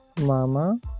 mama